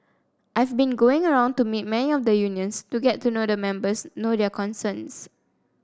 I've been going around to meet many of the unions to get to know the members know their concerns